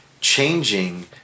changing